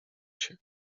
się